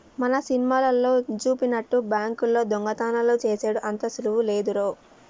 మన సినిమాలల్లో జూపినట్టు బాంకుల్లో దొంగతనాలు జేసెడు అంత సులువు లేదురో